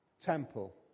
temple